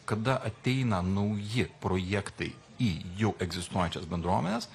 kada ateina nauji projektai į jau egzistuojančias bendruomenes